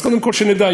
קודם כול שנדע,